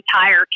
entire